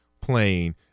playing